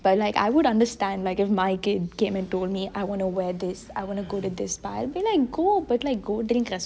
but like I would understand like if my kid came and told me I want to wear this I wanna go to this bar I'll be like go but go drink